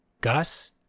Gus